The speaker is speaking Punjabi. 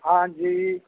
ਹਾਂਜੀ